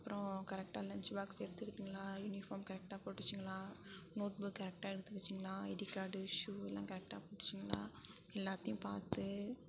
அப்புறம் கரெக்டாக lunch box எடுத்துருக்குங்களா யூனிஃபார்ம் கரெக்டாக போட்டுச்சுங்களா நோட்புக் கரெக்டாக எடுத்துக்கிச்சிங்களா ஐடி கார்டு ஷூலாம் கரெக்டாக போட்டுச்சுங்களா எல்லாத்தையும் பார்த்து